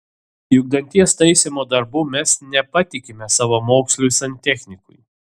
juk danties taisymo darbų mes nepatikime savamoksliui santechnikui